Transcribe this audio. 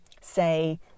say